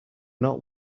not